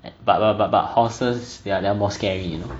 but but but but horses they're they're more scary you know